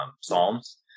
Psalms